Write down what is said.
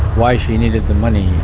why she needed the money.